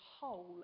whole